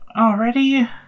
Already